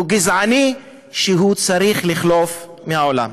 הוא גזעני, והוא צריך לחלוף מן העולם.